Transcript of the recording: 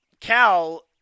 Cal